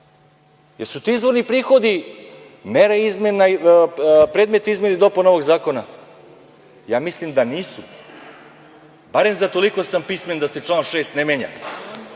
Jesu li ti izvorni prihodi predmet izmena i dopuna ovog zakona? Ja mislim da nisu. Barem za toliko sam pismen da se član 6. ne menja.